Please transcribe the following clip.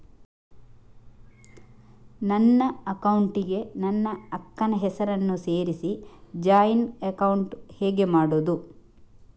ನನ್ನ bank account ಗೆ ನನ್ನ ಅಕ್ಕ ನ ಹೆಸರನ್ನ ಸೇರಿಸಿ ಜಾಯಿನ್ ಅಕೌಂಟ್ ಹೇಗೆ ಮಾಡುದು?